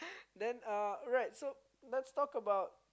then uh right so let's talk about